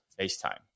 FaceTime